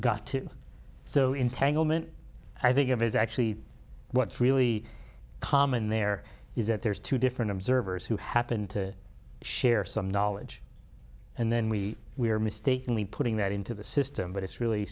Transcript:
entanglement i think of is actually what's really common there is that there's two different observers who happen to share some knowledge and then we we are mistakenly putting that into the system but it's really